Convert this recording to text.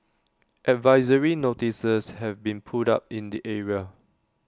advisory notices have been put up in the area